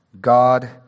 God